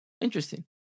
Interesting